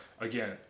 again